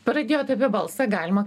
pradėjot apie balsą galima